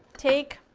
take